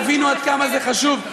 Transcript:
תבינו עד כמה זה חשוב,